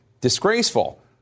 disgraceful